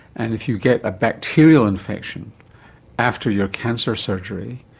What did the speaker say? and if you get a bacterial infection after your cancer surgery,